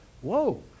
whoa